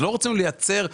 לא רצינו לייצר סכום אחר.